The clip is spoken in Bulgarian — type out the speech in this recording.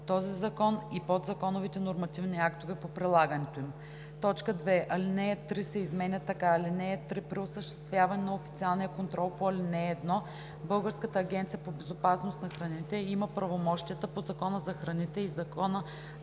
този закон и подзаконовите нормативни актове по прилагането им.“ 2. Алинея 3 се изменя така: „(3) При осъществяване на официалния контрол по ал. 1 Българската агенция по безопасност на храните има правомощията по Закона за храните и Закона